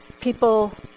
people